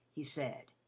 he said